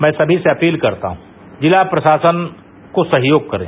मै समी से अपील करता हूं जिला प्रशासन को सहयोग करें